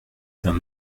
d’un